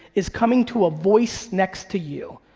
is coming to a voice next to you.